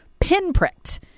pinpricked